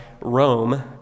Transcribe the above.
Rome